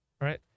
Right